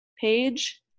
page